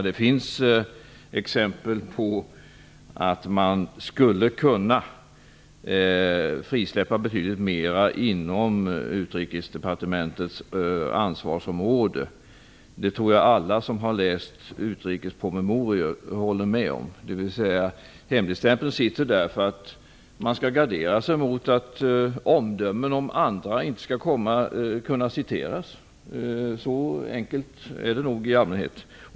Det finns exempel på att man skulle kunna frisläppa betydligt mer inom Utrikesdepartementets ansvarsområde. Det tror jag att alla som har läst utrikespromemorior håller med om. Hemligstämpeln sitter där för att man skall gardera sig mot att omdömen om andra citeras. Så enkelt är det nog i allmänhet.